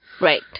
right